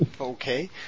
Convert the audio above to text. Okay